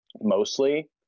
mostly